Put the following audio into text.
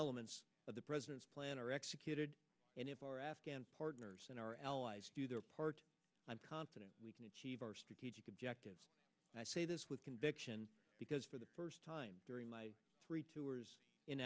elements of the president's plan are executed and if our afghan partners and our allies do their part i'm confident we can achieve our strategic objectives and i say this with conviction because for the first time during my three tours in